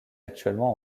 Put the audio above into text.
actuellement